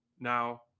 Now